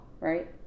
right